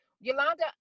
Yolanda